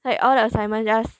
like all the assignments just